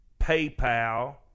PayPal